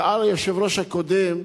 שאל היושב-ראש הקודם,